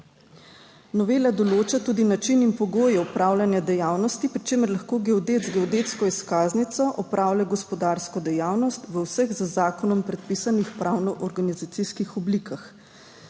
Novela določa tudi način in pogoje opravljanja dejavnosti, pri čemer lahko geodet z geodetsko izkaznico opravlja gospodarsko dejavnost v vseh z zakonom predpisanih pravnoorganizacijskih oblikah.